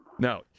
No